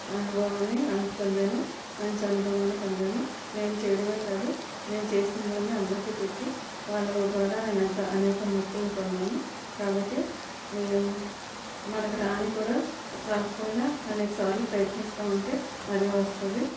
అనుభవాన్ని పొందాను మంచి అనుభవాన్ని పొందాను నేను చేయడమే కాదు చేసినదాన్ని అందరికి పెట్టి వాళ్ళ ద్వారా నేను అనేక మెప్పులుని పొందాను కాబట్టి మనకి రానీకూడా రాకపోయినా అనేక సార్లు ప్రయత్నిస్తా ఉంటే అదే వస్తుంది